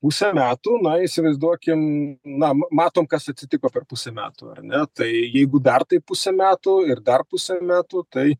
pusę metų na įsivaizduokim na matom kas atsitiko per pusę metų ar ne tai jeigu dar taip pusę metų ir dar pusę metų tai